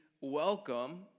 welcome